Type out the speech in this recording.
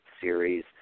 series